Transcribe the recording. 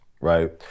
right